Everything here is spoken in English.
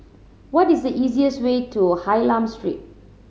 what is the easiest way to Hylam Street